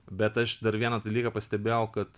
bet aš dar vieną dalyką pastebėjau kad